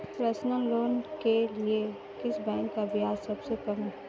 Personal loan के लिए किस बैंक का ब्याज सबसे कम है?